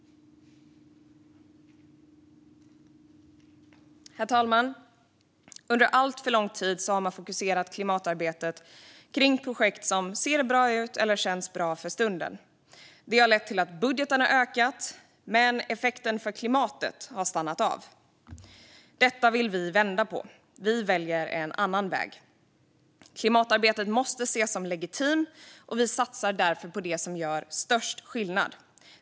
Herr talman! Under alltför lång tid har man fokuserat klimatarbetet på projekt som ser bra ut eller känns bra för stunden. Det har lett till att budgeten har ökat, men effekten för klimatet har stannat av. Detta vill vi vända på. Vi väljer en annan väg. Klimatarbetet måste ses som legitimt, och vi satsar därför på det som gör störst skillnad.